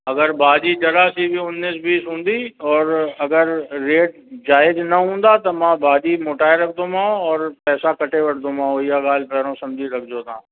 अगरि भाॼी ज़रा सी बि उनीस बीस हूंदी और अगरि रेट जायज़ न हूंदा त मां भाॼी मोटाए रखंदोमांव और पैसा कटे वठंदोमांव इहा ॻाल्हि पहिरियों सम्झी रखिजो तव्हां